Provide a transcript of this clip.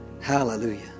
Hallelujah